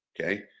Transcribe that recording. Okay